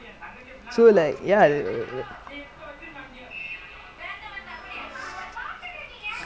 ya I mean everytime the will or anyone shoot they this guy legit turn back lah I mean the the previous keeper the brother